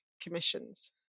commissions